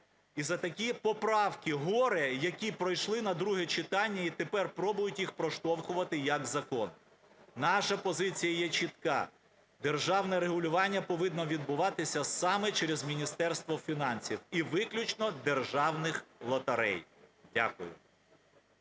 і за такі поправки-горе, які пройшли на друге читання, і тепер пробують їх проштовхувати як закон. Наша позиція є чітка: державне регулювання повинно відбуватися саме через Міністерство фінансів і виключно державних лотерей. Дякую.